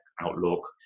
outlook